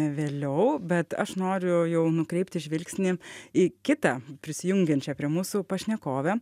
vėliau bet aš noriu jau nukreipti žvilgsnį į kitą prisijungiančią prie mūsų pašnekovę